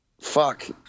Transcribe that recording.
Fuck